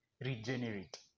Regenerate